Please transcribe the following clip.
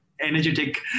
energetic